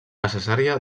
necessària